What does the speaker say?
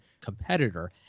competitor